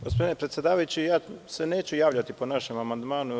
Gospodine predsedavajući, ja se neću javljati po našem amandmanu.